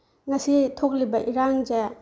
ꯉꯁꯤ ꯊꯣꯛꯂꯤꯕ ꯏꯔꯥꯡꯁꯦ